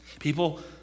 People